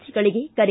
J ಗಳಿಗೆ ಕರೆ